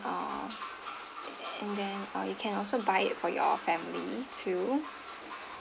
uh and then uh you can also buy it for your family too